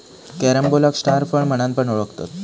कॅरम्बोलाक स्टार फळ म्हणान पण ओळखतत